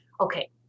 okay